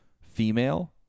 female